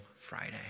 Friday